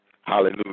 Hallelujah